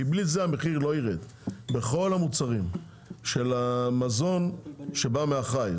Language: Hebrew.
כי בלי זה המחיר לא יירד בכל המוצרים של המזון שבא מהחי.